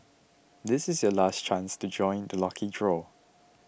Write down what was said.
this is your last chance to join the lucky draw